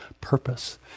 purpose